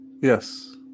Yes